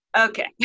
okay